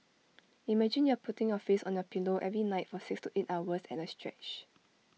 imagine you're putting your face on your pillow every night for six to eight hours at A stretch